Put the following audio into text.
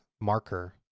marker